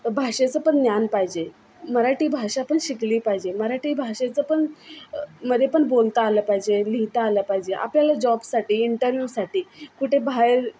भाषेचं पण ज्ञान पाहिजे मराठी भाषा पण शिकली पाहिजे मराठी भाषेचं पण मध्ये पण बोलता आलं पाहिजे लिहिता आलं पाहिजे आपल्याला जॉबसाठी इंटरव्ह्यूसाठी कुठे बाहेर